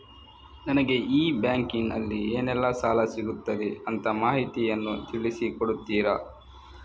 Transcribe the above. ನನಗೆ ಈ ಬ್ಯಾಂಕಿನಲ್ಲಿ ಏನೆಲ್ಲಾ ಸಾಲ ಸಿಗುತ್ತದೆ ಅಂತ ಮಾಹಿತಿಯನ್ನು ತಿಳಿಸಿ ಕೊಡುತ್ತೀರಾ?